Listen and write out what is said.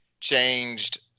changed